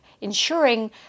ensuring